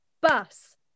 Bus